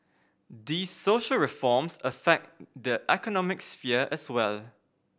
these social reforms affect the economic sphere as well